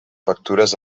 factures